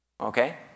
Okay